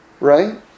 right